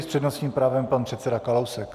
S přednostním právem pan předseda Kalousek.